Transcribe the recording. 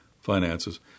finances